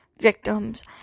victims